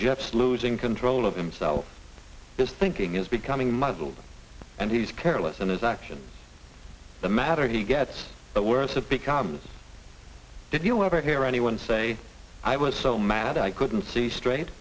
jeff's losing control of himself his thinking is becoming muzzled and he's careless and his actions the matter he gets the worst of because did you ever hear anyone say i was so mad i couldn't see straight